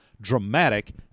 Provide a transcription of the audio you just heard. dramatic